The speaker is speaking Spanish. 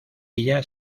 ella